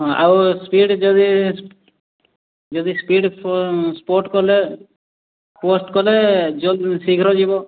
ହଁ ଆଉ ସ୍ପିଡ୍ ଯଦି ଯଦି ସ୍ପିଡ୍ ସ୍ପଟ କଲେ ପୋଷ୍ଟ୍ କଲେ ଜଲ୍ଦି ଶୀଘ୍ର ଯିବ